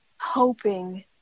hoping